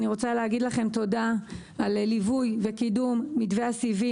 אני מודה לכם על ליווי וקידום מתווה הסיבים